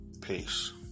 Peace